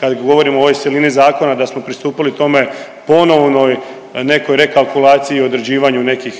kad govorimo o ovoj silini zakona da smo pristupili tome po onoj nekakvoj rekalkulaciji i određivanju nekih